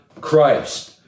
Christ